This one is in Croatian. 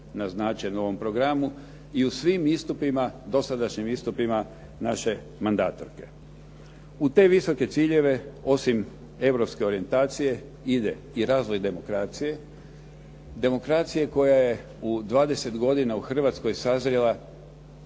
naznačen u ovom programu i u svim istupima, dosadašnjim istupima naše mandatarke. U te visoke ciljeve, osim europske orijentacije, ide i razvoj demokracije. Demokracije koja je u dvadeset godina u Hrvatskoj sazrela